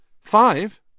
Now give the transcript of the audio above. Five